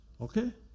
Okay